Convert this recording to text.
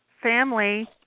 family